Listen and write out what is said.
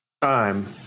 time